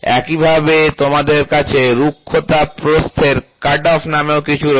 একইভাবে তোমাদের কাছে রুক্ষতা প্রস্থের কাটঅফ নামেও কিছু রয়েছে